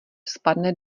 spadne